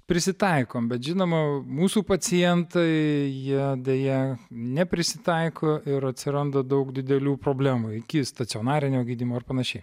prisitaikom bet žinoma mūsų pacientai jie deja neprisitaiko ir atsiranda daug didelių problemų iki stacionarinio gydymo ir panašiai